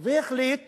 והחליט